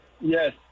Yes